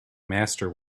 master